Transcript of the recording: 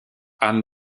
anne